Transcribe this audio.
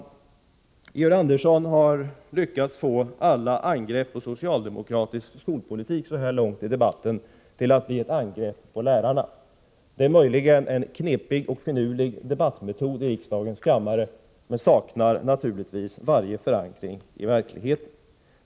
Georg Andersson har lyckats få alla angrepp på socialdemokratisk skolpolitik så här långt i debatten att bli ett angrepp på lärarna. Det är möjligen en finurlig debattmetod i riksdagens kammare, men saknar naturligtvis varje förankring i verkligheten.